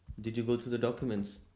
did you go through the documents?